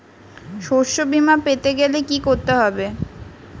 শষ্যবীমা পেতে গেলে কি করতে হবে?